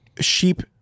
sheep